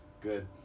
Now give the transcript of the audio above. Good